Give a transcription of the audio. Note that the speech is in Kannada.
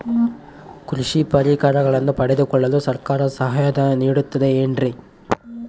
ಕೃಷಿ ಪರಿಕರಗಳನ್ನು ಪಡೆದುಕೊಳ್ಳಲು ಸರ್ಕಾರ ಸಹಾಯಧನ ನೇಡುತ್ತದೆ ಏನ್ರಿ?